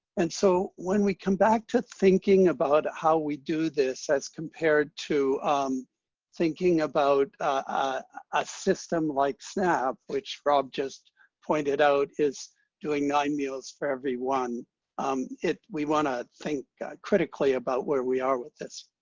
and so when we come back to thinking about how we do this as compared to thinking about a system like snap, which rob just pointed out is doing nine meals for every one, um we want to think critically about where we are with this.